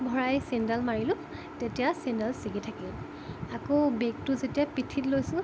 ভৰাই চেইনডাল মাৰিলোঁ তেতিয়া চেইনডাল ছিগি থাকিল আকৌ বেগটো যেতিয়া পিঠিত লৈছোঁ